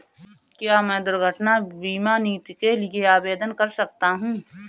क्या मैं दुर्घटना बीमा नीति के लिए आवेदन कर सकता हूँ?